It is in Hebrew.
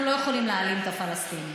אנחנו לא יכולים להעלים את הפלסטינים,